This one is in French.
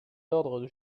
d’ordre